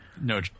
no